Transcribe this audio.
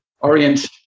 orient